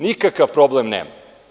Nikakav problem nema.